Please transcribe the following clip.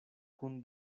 kun